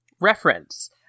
Reference